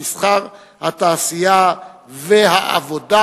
המסחר והתעסוקה